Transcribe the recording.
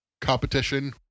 competition